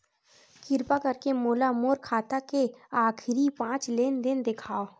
किरपा करके मोला मोर खाता के आखिरी पांच लेन देन देखाव